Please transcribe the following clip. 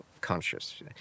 conscious